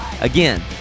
Again